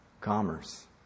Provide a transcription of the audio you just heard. Commerce